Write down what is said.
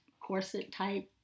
corset-type